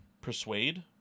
Persuade